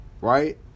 Right